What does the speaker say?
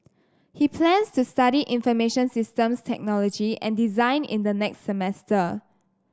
he plans to study information systems technology and design in the next semester